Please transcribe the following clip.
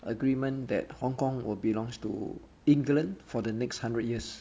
agreement that hong-kong will belongs to england for the next hundred years